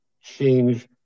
change